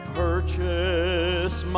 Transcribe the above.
purchase